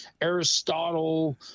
Aristotle